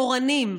אורנים,